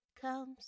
comes